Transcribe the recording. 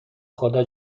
خدا